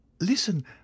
Listen